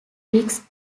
briggs